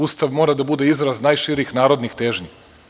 Ustav mora da bude izraz najširih narodnih težnji.